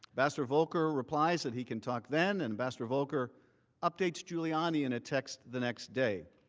ambassador volker replies that he can talk then and ambassador volker updates giuliani in a text the next day.